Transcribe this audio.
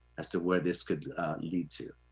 as to where this could lead to.